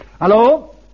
Hello